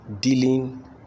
dealing